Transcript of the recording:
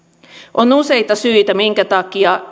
on useita syitä minkä takia